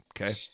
Okay